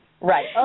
Right